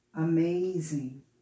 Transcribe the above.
Amazing